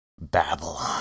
Babylon